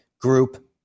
group